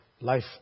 Life